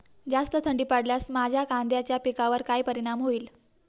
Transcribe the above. जास्त थंडी पडल्यास माझ्या कांद्याच्या पिकावर काय परिणाम होईल?